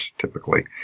typically